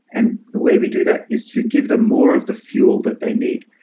and the way we do that is to give them more of the fuel that they need.